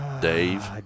Dave